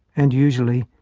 and, usually,